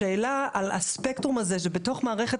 השאלה היא: על הספקטרום הזה שבתוך מערכת